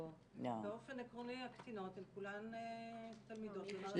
באופן עקרוני הקטינות הן כולן תלמידות של מערכת החינוך.